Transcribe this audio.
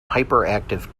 hyperactive